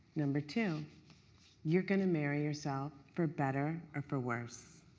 number two you are going to marry yourself for better or for worse.